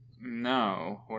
No